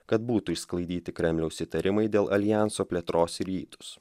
kad būtų išsklaidyti kremliaus įtarimai dėl aljanso plėtros į rytus